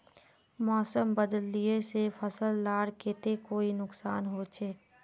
मौसम बदलिले से फसल लार केते कोई नुकसान होचए?